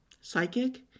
psychic